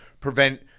prevent